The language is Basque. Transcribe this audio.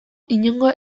inongo